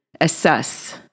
assess